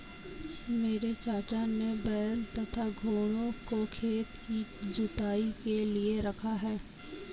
मेरे चाचा ने बैल तथा घोड़ों को खेत की जुताई के लिए रखा है